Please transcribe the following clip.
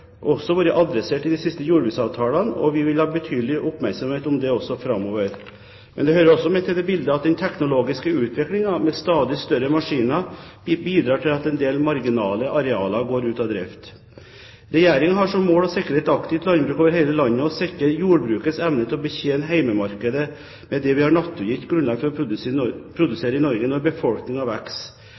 adressert i de siste jordbruksavtalene, og vi vil ha betydelig oppmerksomhet om det også framover. Men det hører også med til dette bildet at den teknologiske utviklingen, med stadig større maskiner, bidrar til at en del marginale arealer går ut av drift. Regjeringen har som mål å sikre et aktivt landbruk over hele landet og å sikre jordbrukets evne til å betjene hjemmemarkedet – med det vi har naturgitt grunnlag for å produsere i Norge – når